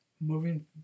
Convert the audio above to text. moving